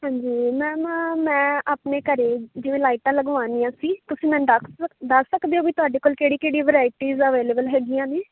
ਹਾਂਜੀ ਮੈਮ ਮੈਂ ਆਪਣੇ ਘਰ ਜਿਵੇਂ ਲਾਈਟਾਂ ਲਗਵਾਉਣੀਆਂ ਸੀ ਤੁਸੀਂ ਮੈਨੂੰ ਦੱਸ ਸਕ ਦੱਸ ਸਕਦੇ ਹੋ ਵੀ ਤੁਹਾਡੇ ਕੋਲ ਕਿਹੜੀ ਕਿਹੜੀ ਵਿਰਾਇਟੀਜ ਅਵੇਲੇਬਲ ਹੈਗੀਆਂ ਨੇ